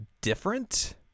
different